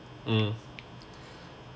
mm